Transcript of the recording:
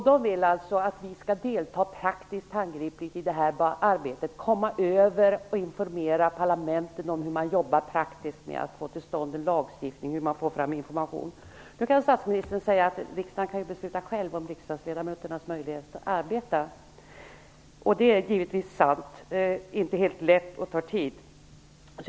De vill alltså att vi praktiskt skall delta i arbetet, komma över och informera parlamenten om hur man jobbar praktiskt med att få till stånd en lagstiftning och hur man får fram information. Nu kan statsministern säga att riksdagen själv kan besluta om riksdagsledamöternas möjligheter att arbeta. Det är givetvis sant. Det är dock inte helt lätt och tar tid.